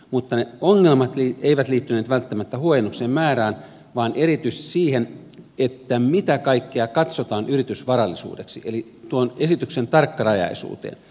mutta ne ongelmat eivät liittyneet välttämättä huojennuksen määrään vaan erityisesti siihen mitä kaikkea katsotaan yritysvarallisuudeksi eli tuon esityksen tarkkarajaisuuteen